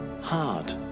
hard